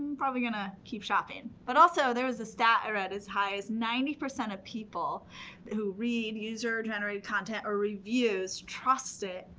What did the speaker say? probably gonna keep shopping. but also, there was a stat i read as high as ninety percent of people who read user-generated content or reviews trust it.